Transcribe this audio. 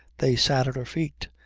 they sat at her feet.